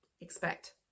Expect